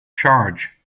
charge